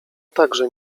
także